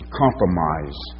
compromise